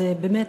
זה באמת,